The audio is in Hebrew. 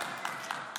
הכנסת.